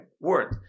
word